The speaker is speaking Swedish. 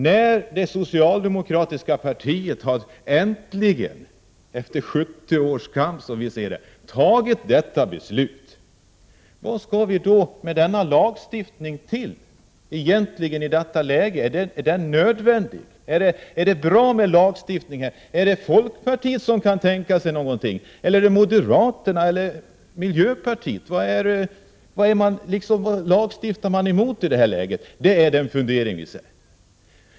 När nu det socialdemokratiska partiet äntligen, efter 70 års kamp som vi ser det, fattar beslut om att avskaffa kollektivanslutningen, vad skall vi då med en lagstiftning till? Är det nödvändigt och bra? Vad vill folkpartiet, miljöpartiet eller moderaterna åstadkomma? Vad är det man egentligen skall lagstifta mot i detta läge?